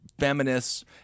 feminists